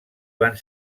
van